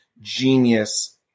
genius